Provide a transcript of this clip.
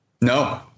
No